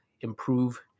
improve